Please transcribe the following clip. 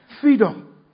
freedom